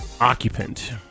occupant